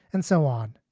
and so on.